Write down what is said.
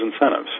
incentives